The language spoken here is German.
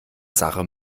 sache